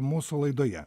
mūsų laidoje